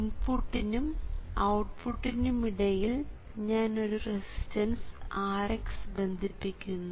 ഇൻപുട്ടിനും ഔട്ട്പുട്ടിനും ഇടയിൽ ഞാൻ ഒരു റെസിസ്റ്റൻസ് Rx ബന്ധിപ്പിക്കുന്നു